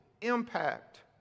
impact